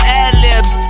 ad-libs